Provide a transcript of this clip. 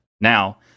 Now